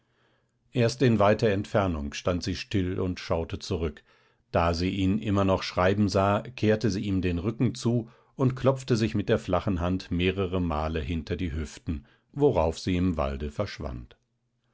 erst in weiter entfernung stand sie still und schaute zurück da sie ihn immer noch schreiben sah kehrte sie ihm den rücken zu und klopfte sich mit der flachen hand mehrere male hinter die hüften worauf sie im walde verschwand